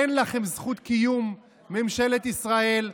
אין לכם זכות קיום, ממשלת ישראל.